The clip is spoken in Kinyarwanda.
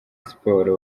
sports